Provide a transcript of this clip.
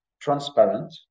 transparent